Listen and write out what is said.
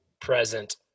present